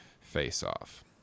face-off